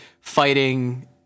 fighting